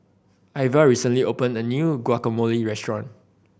Iva recently opened a new Guacamole Restaurant